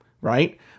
right